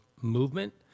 movement